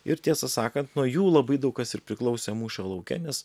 ir tiesą sakant nuo jų labai daug kas ir priklausė mūšio lauke nes